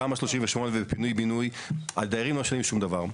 תמ"א 38 ו פינוי-בינוי הדיירים לא משלמים שום דבר,